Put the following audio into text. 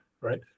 right